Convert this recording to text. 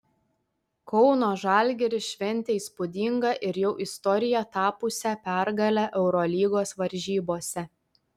kauno žalgiris šventė įspūdingą ir jau istorija tapusią pergalę eurolygos varžybose